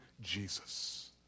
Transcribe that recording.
Jesus